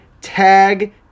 tag